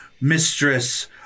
Mistress